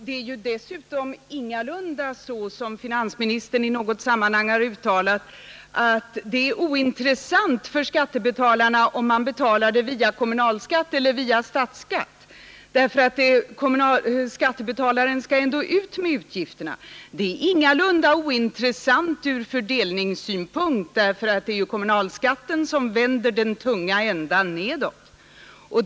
Det är dessutom ingalunda så som finansministern i något sammanhang uttalat att det är ointressant för skattebetalarna om de erlägger skatten som kommunalskatt eller som statsskatt, eftersom de ändå skall ut med pengarna. Det är ingalunda ointressant ur fördelningssynpunkt, eftersom det är kommunalskatten som vänder den tunga ändan nedåt.